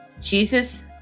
Jesus